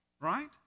Right